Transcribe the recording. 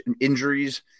injuries